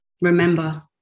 remember